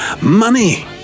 money